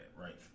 right